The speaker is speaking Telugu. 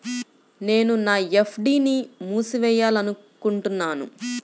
నేను నా ఎఫ్.డీ ని మూసివేయాలనుకుంటున్నాను